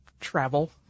travel